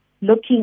looking